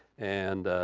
and